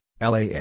LAA